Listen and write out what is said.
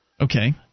Okay